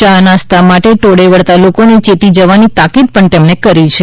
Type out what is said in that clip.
ચા નાસ્તા માટે ટોળે વળતાં લોકો ને ચેતી જવાની તાકીદ પણ તેમણે કરી છે